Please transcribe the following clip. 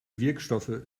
wirkstoffe